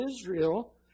Israel